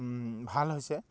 ভাল হৈছে